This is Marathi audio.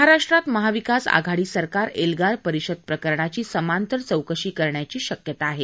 महाराष्ट्रात महाविकास आघाडी सरकार एल्गार परिषद प्रकरणाची समांतर चौकशी करण्याची शक्यता आहे